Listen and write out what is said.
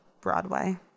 Broadway